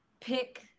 pick